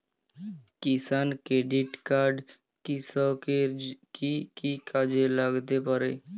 কিষান credit card কৃষকের কি কি কাজে লাগতে পারে?